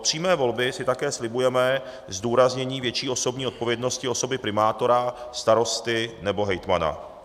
Od přímé volby si také slibujeme zdůraznění větší osobní odpovědnosti osoby primátora, starosty nebo hejtmana.